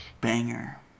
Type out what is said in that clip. banger